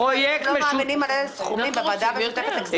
לא להאמין על אילו סכומים מדברים בוועדת הכספים.